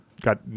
got